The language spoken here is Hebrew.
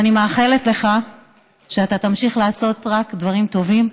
אני מאחלת לך שאתה תמשיך לעשות רק דברים טובים,